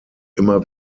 immer